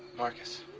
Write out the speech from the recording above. marcus,